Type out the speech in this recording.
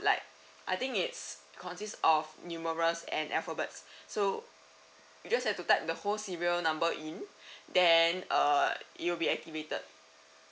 like I think it's consists of numerous and alphabet so you just have to type the whole serial number in then uh you'll be activated